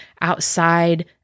outside